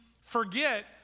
forget